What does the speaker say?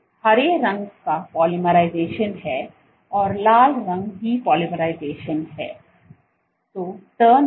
तो हरे रंग का पोलीमराइजेशन है और लाल रंग डीपोलाइराइज़ेशन है